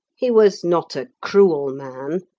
he was not a cruel man,